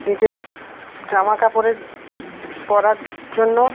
নিজের জামা কাপড়ের পরার জন্য